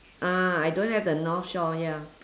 ah I don't have the north shore ya